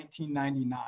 1999